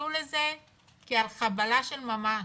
תתייחסו לזה כאל חבלה של ממש,